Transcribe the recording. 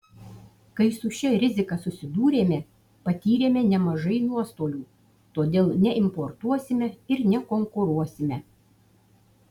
kai su šia rizika susidūrėme patyrėme nemažai nuostolių todėl neimportuosime ir nekonkuruosime